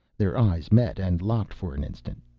their eyes met and locked for an instant.